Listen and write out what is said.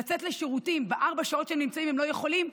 שאפילו לצאת לשירותים בארבע השעות שהם נמצאים שם הם לא יכולים,